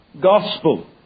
gospel